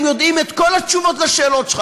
הם יודעים את כל התשובות על השאלות שלך,